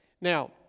Now